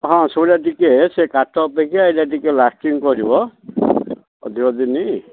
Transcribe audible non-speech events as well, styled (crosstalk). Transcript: ହଁ (unintelligible) ଟିକେ ସେ କାଠ ଅପେକ୍ଷା ଏଇଟା ଟିକେ ଲାଷ୍ଟିଂ କରିବ ଅଧିକ ଦିନ